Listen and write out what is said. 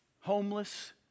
Homeless